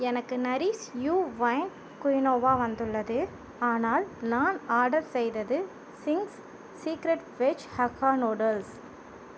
எனக்கு nourish you wine quinoa வந்துள்ளது ஆனால் நான் ஆர்டர் செய்தது Ching's secret veg Hakka noodles